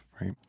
right